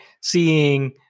seeing